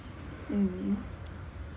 mm